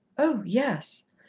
oh, yes.